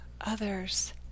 others